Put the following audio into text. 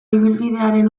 ibilbidearen